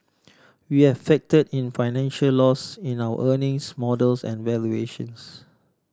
we have factor in financial loss in our earnings models and valuations